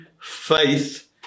faith